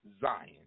Zion